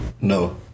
No